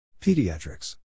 Pediatrics